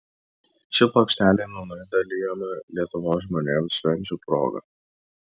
ši plokštelė nūnai dalijama lietuvos žmonėms švenčių proga